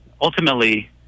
ultimately